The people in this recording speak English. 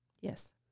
yes